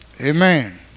Amen